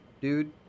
dude